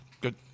Good